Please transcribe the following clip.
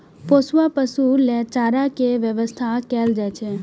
पोसुआ पशु लेल चारा के व्यवस्था कैल जाइ छै